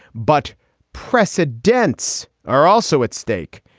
but press said dents are also at stake.